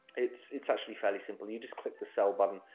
it's it's actually fairly simple. you just click the sell button,